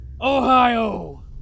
Ohio